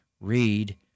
read